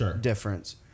difference